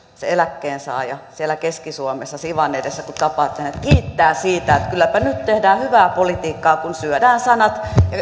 se eläkkeensaaja siellä keski suomessa siwan edessä kun tapaatte kiittää siitä että kylläpä nyt tehdään hyvää politiikkaa kun syödään sanat